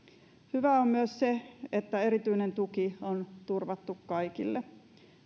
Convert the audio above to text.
hyvää on myös se että erityinen tuki on turvattu kaikille